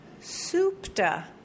supta